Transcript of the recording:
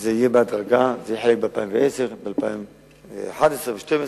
זה יהיה בהדרגה, חלק ב-2010, חלק ב-2011, ב-2012.